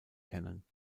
kennen